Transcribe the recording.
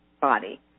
body